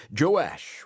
Joash